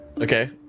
Okay